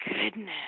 goodness